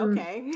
Okay